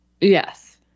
Yes